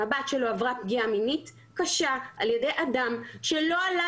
הבת שלו עברה פגיעה מינית קשה על ידי אדם שלא עלה